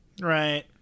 Right